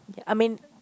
I mean